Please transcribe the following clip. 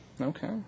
Okay